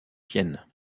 tiennent